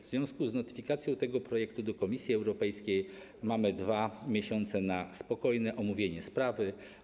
W związku z notyfikacją tego projektu Komisji Europejskiej mamy 2 miesiące na spokojne omówienie sprawy.